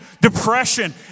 depression